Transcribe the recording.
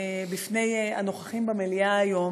בפני הנוכחים במליאה היום,